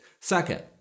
Second